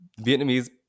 Vietnamese